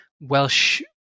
Welsh